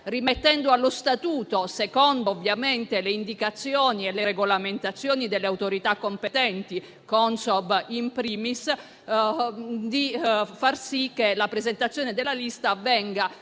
rimettendo allo statuto, secondo ovviamente le indicazioni e le regolamentazioni delle autorità competenti, Consob *in primis*, di far sì che la presentazione della lista avvenga